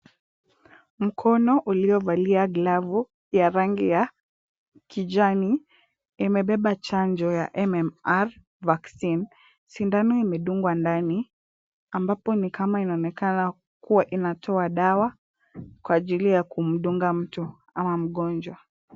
Mkono uliovalia glavu ya rangi ya kijani imebeba chanjo ya MMR Vaccine. Sindano imedungwa ndani ambapo ni kama inaonekana kuwa inatoa dawa kwa ajili ya kumdunga mtu ama mgonjwa.